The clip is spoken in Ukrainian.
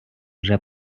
вже